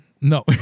No